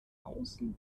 außen